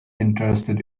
interested